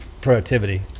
productivity